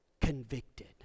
convicted